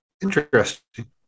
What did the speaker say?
interesting